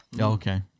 Okay